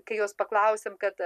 kai jos paklausėm kad